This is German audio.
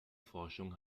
forschung